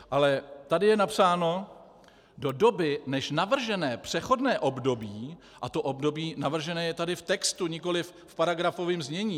Ale tady je napsáno: Do doby, než navržené přechodné období a to období navržené je tady v textu, nikoliv v paragrafovém znění.